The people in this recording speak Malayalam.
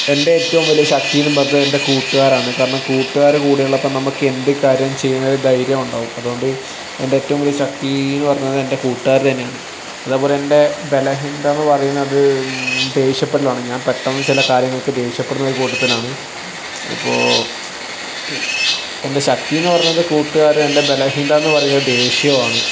എൻ്റെ ഏറ്റവും വലിയ ശക്തീന്നും പറഞ്ഞാൽ എൻ്റെ കൂട്ടുകാരാണ് കാരണം കൂട്ടുകാർ കൂടെയുള്ളപ്പോൾ നമുക്കെന്ത് കാര്യം ചെയ്യണേലും ധൈര്യം ഒണ്ടാവും അതുകൊണ്ട് എൻ്റെ ഏറ്റവും വലിയ ശക്തീന്നു പറഞ്ഞത് എൻ്റെ കൂട്ടുകാർ തന്നെയാണ് അതേപോലെ എൻ്റെ ബലഹീനതാന്ന് പറയുന്നത് ദേഷ്യപ്പെടലാണ് ഞാൻ പെട്ടെന്ന് ചില കാര്യങ്ങൾക്ക് ദേഷ്യപ്പെടുന്ന ഒരു കൂട്ടത്തിലാണ് അപ്പോൾ എൻ്റെ ശക്തീന്ന് പറഞ്ഞത് കൂട്ടുകാർ എൻ്റെ ബലഹീനതാന്ന് പറയുന്നത് ദേഷ്യവുമാണ്